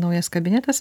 naujas kabinetas